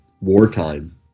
wartime